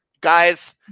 guys